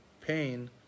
pain